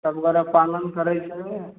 सब गोटे पालन करै छै